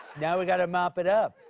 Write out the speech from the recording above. now we got to mop it up.